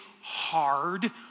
hard